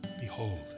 behold